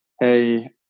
Hey